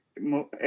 more